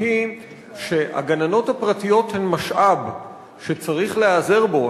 והיא שהגננות הפרטיות הן משאב שצריך להיעזר בו.